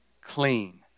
clean